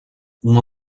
uma